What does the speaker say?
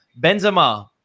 Benzema